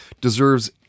deserves